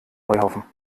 heuhaufen